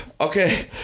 Okay